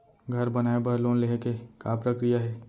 घर बनाये बर लोन लेहे के का प्रक्रिया हे?